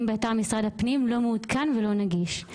באתר משרד הפנים לא מעודכן ולא נגיש.